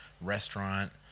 restaurant